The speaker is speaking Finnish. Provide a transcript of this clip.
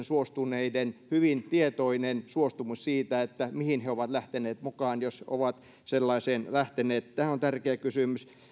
suostuneiden hyvin tietoinen suostumus siitä mihin he ovat lähteneet mukaan jos ovat sellaiseen lähteneet tämä on tärkeä kysymys